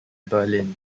berlin